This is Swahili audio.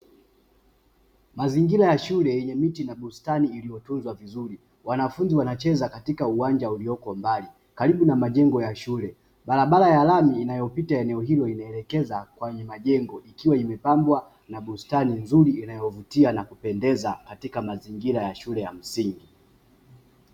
Mazingira ya shule yenye miti na bustani iliyotunzwa vizuri, wanafunzi wanacheza katika uwanja ulioko mbali; karibu na majengo ya shule. Barabara ya lami inayopita katika eneo hilo, inaelekeza kwenye majengo; ikiwa imepambwa na bustani nzuri inayovutia na kupendeza katika mazingira ya shule ya msingi.